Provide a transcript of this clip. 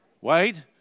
wait